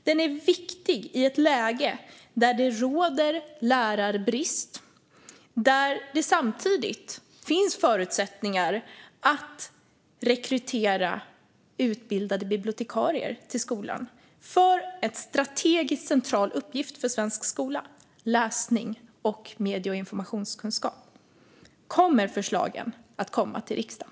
Den är viktig i ett läge där det råder lärarbrist och där det samtidigt finns förutsättningar att rekrytera utbildade bibliotekarier till skolan för en strategiskt central uppgift för svensk skola: läsning och medie och informationskunskap. Kommer förslagen att komma till riksdagen?